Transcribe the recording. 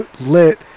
Lit